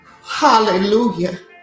Hallelujah